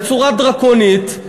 בצורה דרקונית,